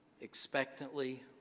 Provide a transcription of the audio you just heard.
expectantly